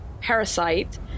Parasite